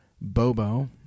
Bobo